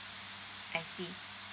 I see